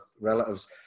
relatives